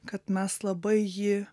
kad mes labai jį